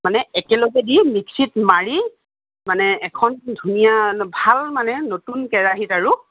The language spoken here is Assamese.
মানে একেলগে দি মিক্সিত মাৰি মানে এখন ধুনীয়া ভাল মানে নতুন কেঁৰাহীত আৰু